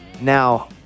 Now